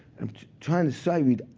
i'm trying to sight read.